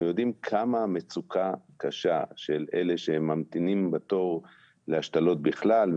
אנחנו יודעים כמה המצוקה קשה של אלה שממתינים בתור להשתלות בכלל,